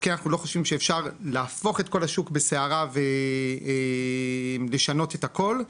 כן אנחנו לא חושבים שאפשר להפוך את כל השוק בסערה ולשנות את הכול,